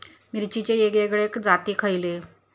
मिरचीचे वेगवेगळे जाती खयले?